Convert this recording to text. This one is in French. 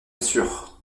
sûr